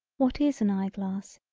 what is an eye glass,